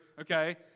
okay